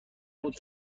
بود